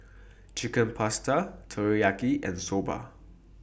Chicken Pasta Teriyaki and Soba